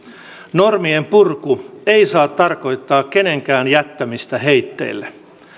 normien purku ei saa tarkoittaa kenenkään jättämistä heitteille